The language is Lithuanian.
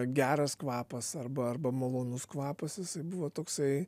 geras kvapas arba arba malonus kvapas jisai buvo toksai